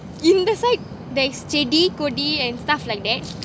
இந்த:intha side செடி கொடி:sedi kodi and stuff like that